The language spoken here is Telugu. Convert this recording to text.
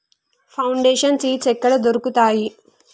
ఫౌండేషన్ సీడ్స్ ఎక్కడ దొరుకుతాయి?